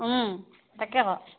তাকে হয়